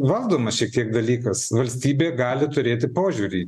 valdomas šiek tiek dalykas valstybė gali turėti požiūrį